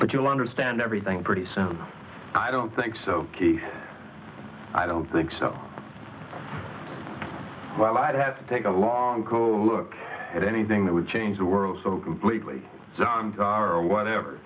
but you'll understand everything pretty so i don't think so i don't think so well i'd have to take a long look at anything that would change the world so completely for what